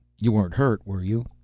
you weren't hurt, were you?